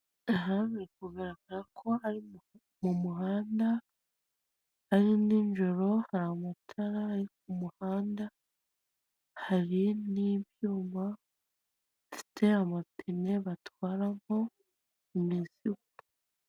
Aha biri kugaragara ko ari mu muhanda ari nijoro hari amatara yo ku muhanda hari n'ibyuma bifite amapine batwaramo imizigo.